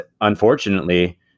unfortunately